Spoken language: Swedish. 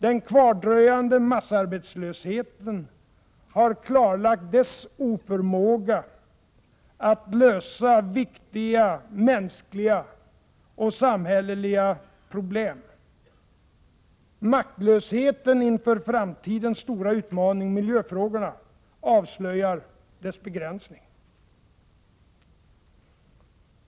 Den kvardröjande massarbetslösheten har klarlagt dess oförmåga att lösa viktiga mänskliga och samhälleliga problem. Maktlösheten inför framtidens stora utmaning — miljöfrågorna — avslöjar dess begränsning.